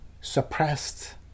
suppressed